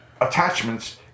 attachments